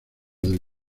del